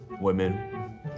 Women